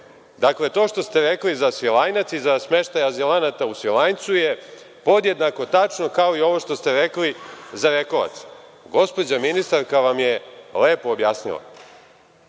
to što ste rekli za Svilajnac i za smeštaj azilanata u Svilajncu je podjednako tačno kao i ovo što ste rekli za Rekovac. Gospođa ministarka vam je lepo objasnila.